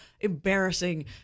embarrassing